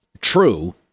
true